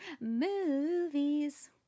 Movies